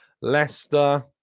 Leicester